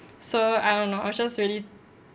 so I don't know I was just really